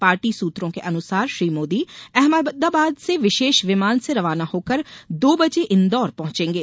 party सूत्रों के अनुसार श्री मोदी अहमदाबाद से विशेष विमान से रवाना होकर दो बजे इंदौर पहुंचेंगे